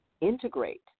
integrate